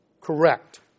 correct